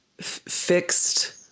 fixed